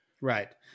Right